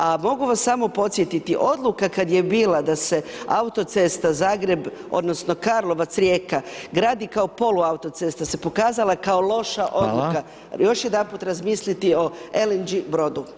A mogu vas samo podsjetiti, odluka kad je bila da se autocesta Zagreb odnosno Karlovac-Rijeka gradi kao polu autocesta, se pokazala kao loša odluka [[Upadica: Hvala]] još jedanput razmisliti o LNG brodu.